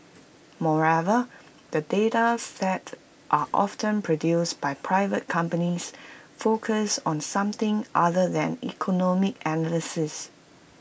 moreover the data sets are often produced by private companies focused on something other than economic analysis